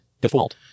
default